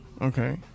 Okay